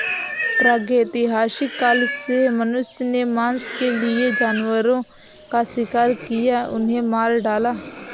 प्रागैतिहासिक काल से मनुष्य ने मांस के लिए जानवरों का शिकार किया, उन्हें मार डाला